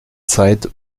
zeit